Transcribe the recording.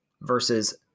versus